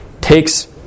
takes